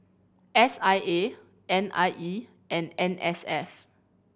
S I A N I E and N S F